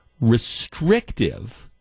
restrictive